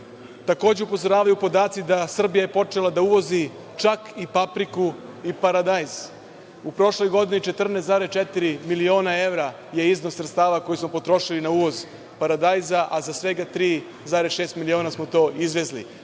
takođe upozoravaju podaci da je Srbija počela da uvozi čak i papriku i paradajz. U prošloj godini 14,4 miliona evra je iznos sredstava koji smo potrošili na uvoz paradajza, a za svega 3,6 miliona smo to izvezli.